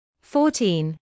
Fourteen